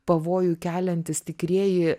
pavojų keliantys tikrieji